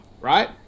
right